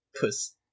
puss